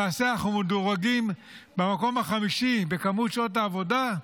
למעשה אנחנו מדורגים במקום החמישי בכמות שעות העבודה.